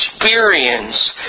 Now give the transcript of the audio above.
experience